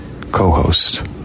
co-host